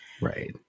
Right